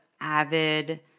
avid